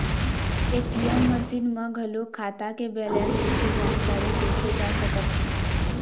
ATM machine म घलोक खाता के बेलेंस के जानकारी देखे जा सकत हे